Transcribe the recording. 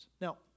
Now